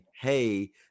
hey